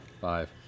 Five